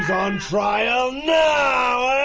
on trial now, ah!